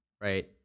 right